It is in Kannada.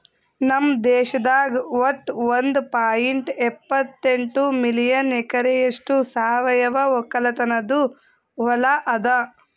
ನಮ್ ದೇಶದಾಗ್ ವಟ್ಟ ಒಂದ್ ಪಾಯಿಂಟ್ ಎಪ್ಪತ್ತೆಂಟು ಮಿಲಿಯನ್ ಎಕರೆಯಷ್ಟು ಸಾವಯವ ಒಕ್ಕಲತನದು ಹೊಲಾ ಅದ